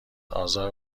آزار